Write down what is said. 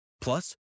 Plus